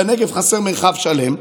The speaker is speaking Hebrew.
בנגב חסר מרחב שלם,